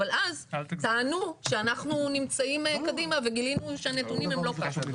אבל אז טענו שאנחנו נמצאים קדימה וגילינו שהנתונים הם לא כך.